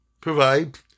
provide